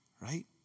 Right